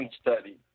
study